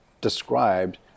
described